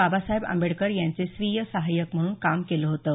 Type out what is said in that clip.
बाबासाहेब आंबेडकर यांचे स्वीय सहाय्यक म्हणून काम केलं होतं